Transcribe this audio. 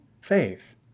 faith